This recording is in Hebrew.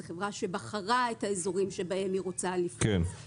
זאת חברה שבחרה את האזורים בהם היא רוצה לפרוס ואלה